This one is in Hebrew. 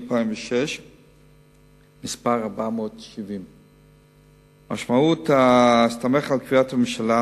470 מ-12 בספטמבר 2006. בהסתמך על קביעת הממשלה,